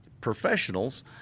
professionals